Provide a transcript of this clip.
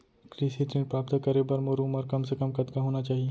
कृषि ऋण प्राप्त करे बर मोर उमर कम से कम कतका होना चाहि?